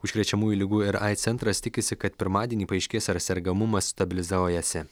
užkrečiamųjų ligų ir aids centras tikisi kad pirmadienį paaiškės ar sergamumas stabilizuojasi